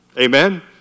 Amen